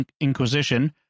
inquisition